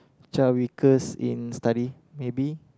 child weakest in study maybe